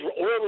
oil